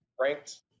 ranked